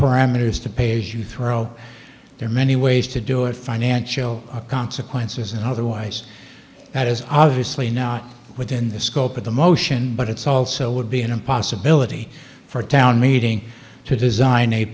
parameters to pay as you throw there are many ways to do it financial consequences and otherwise that is obviously not within the scope of the motion but it's also would be in a possibility for a town meeting to design